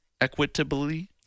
Equitably